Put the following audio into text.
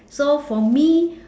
so for me